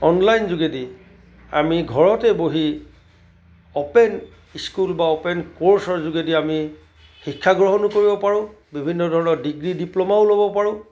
online যোগেদি আমি ঘৰতে বহি অ'পেন স্কুল বা অ'পেন কোৰ্ছৰ যোগেদি আমি শিক্ষা গ্ৰহণো কৰিব পাৰোঁ বিভিন্ন ধৰণৰ ডিগ্ৰী ডিপ্ল'মাও ল'ব পাৰোঁ